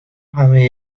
همهی